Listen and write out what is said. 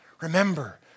remember